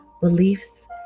beliefs